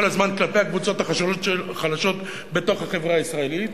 הזמן כלפי הקבוצות החלשות בחברה הישראלית,